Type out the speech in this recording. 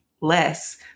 less